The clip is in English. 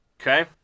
Okay